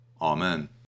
Amen